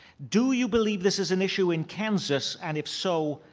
do you believe this is an issue in kansas and if so,